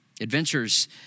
adventures